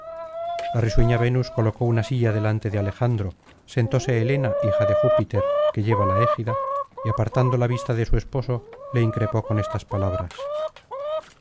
la risueña venus colocó una silla delante de alejandro sentóse helena hija de júpiter que lleva la égida y apartando la vista de su esposo le increpó con estas palabras